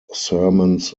sermons